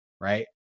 Right